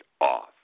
off